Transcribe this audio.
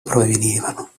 provenivano